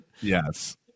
Yes